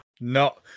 No